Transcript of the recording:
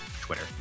twitter